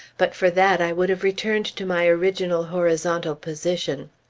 but for that i would have returned to my original horizontal position.